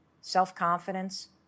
Self-confidence